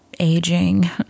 aging